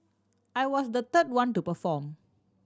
I was the third one to perform